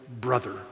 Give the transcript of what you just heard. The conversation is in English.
brother